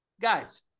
guys